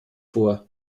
vor